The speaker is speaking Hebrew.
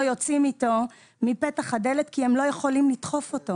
יוצאים איתו מפתח הדלת כי הם לא יכולים לדחוף אותו